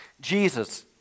Jesus